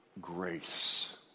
grace